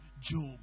Job